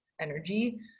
energy